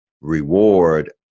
reward